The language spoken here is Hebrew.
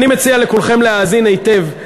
אני מציע לכולכם להאזין היטב,